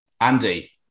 Andy